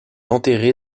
enterré